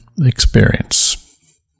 experience